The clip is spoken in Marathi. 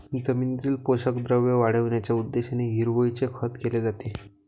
जमिनीतील पोषक द्रव्ये वाढविण्याच्या उद्देशाने हिरवळीचे खत केले जाते